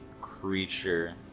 creature